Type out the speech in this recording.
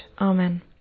Amen